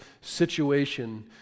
situation